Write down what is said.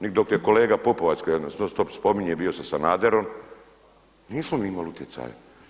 Ni dok je kolega Pupovac koji non stop spominje bio sa Sanaderom, nismo mi imali utjecaja.